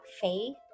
faith